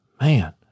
man